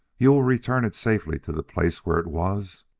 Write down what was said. you will return it safely to the place where it was?